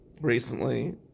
recently